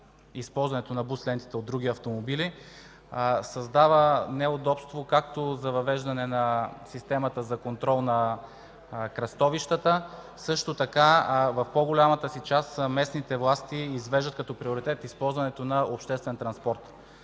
използването на бус лентите от други автомобили, създава неудобство както за въвеждане на системата за контрол на кръстовищата, също така в по-голямата си част местните власти извеждат като приоритет използването на обществен транспорт.